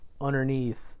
underneath